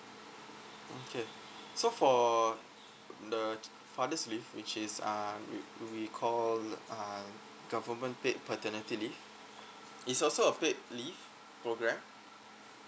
okay so for the father's leave which is uh we call uh government paid paternity leave it's also a paid leave program